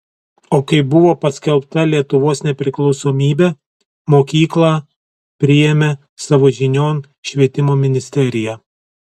o kai buvo paskelbta lietuvos nepriklausomybė mokyklą priėmė savo žinion švietimo ministerija